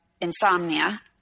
insomnia